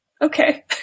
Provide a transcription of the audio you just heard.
Okay